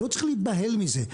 לא צריך להיבהל מזה,